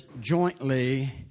jointly